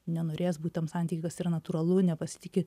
nenorės būt tam santyky kas yra natūralu nepasitiki